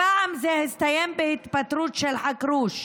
הפעם זה הסתיים בהתפטרות של חכרוש,